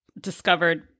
discovered